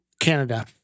Canada